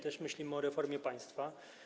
Też myślimy o reformie państwa.